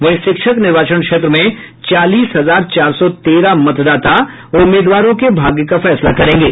वहीं शिक्षक निर्वाचन क्षेत्र में चालीस हजार चार सौ तेरह मतदाता उम्मीदवारों के भाग्य का फैसला करेंगे